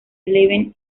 living